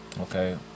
Okay